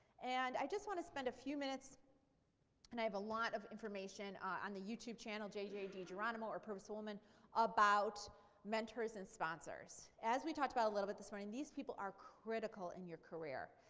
and i just want to spend a few minutes and i have a lot of information on the youtube channel jj digeronimo or purposefulwomen about mentors and sponsors. as we talked about a little bit this morning these people are critical in your career.